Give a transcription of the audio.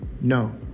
No